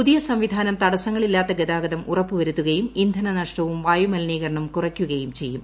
പുതിയ സംവിധാനം തടസ്സങ്ങളില്ലാത്ത ഗതാഗതം ഉറപ്പുവരുത്തുകയും ഇന്ധന നഷ്ടവും വായു മലീനീകരണവും കുറ്റയ്ക്കുകയും ചെയ്യും